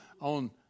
on